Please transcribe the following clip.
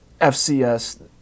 fcs